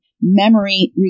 memory